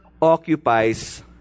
occupies